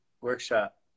Workshop